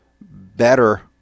better